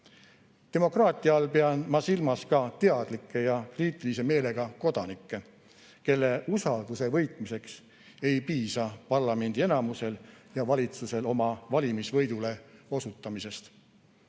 Demokraatia all pean ma silmas ka teadlikke ja kriitilise meelega kodanikke, kelle usalduse võitmiseks ei piisa parlamendi enamusel ja valitsusel oma valimisvõidule osutamisest